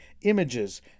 images